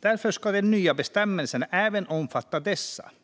Därefter ska de nya bestämmelserna även omfatta dessa, fru ålderspresident.